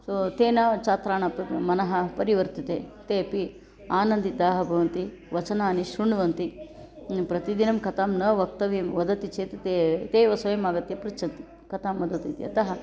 सो तेन छात्राणां मनः परिवर्तते ते अपि आनन्दिताः भवन्ति वचनानि शृण्वन्ति प्रतिदिनं कथा न वक्तव्या वदति चेत् ते ते एव स्वयम् आगत्य पृच्छन्ति कथां वदतु इति अतः